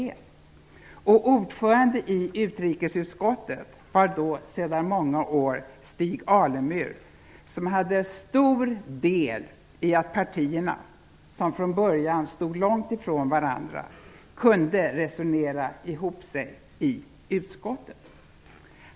Ordförande i utrikesutskottet var då sedan många år Stig Alemyr, som hade stor del i att partierna, som från början stod långt ifrån varandra, kunde resonera ihop sig i utskottet.